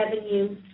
revenue